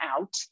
out